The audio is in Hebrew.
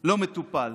לא מטופל?